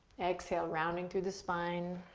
exhale, rounding through the spine.